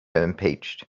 impeached